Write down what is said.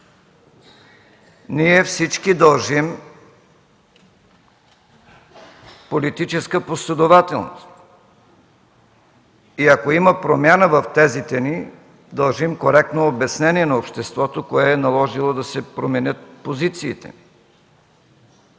Ние всички дължим политическа последователност и ако има промяна в тезите ни, дължим коректно обяснение на обществото кое е наложило да се променят позициите ни.